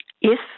Yes